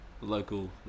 local